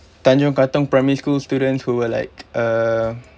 tanjong katong primary school students who were like uh